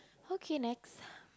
okay next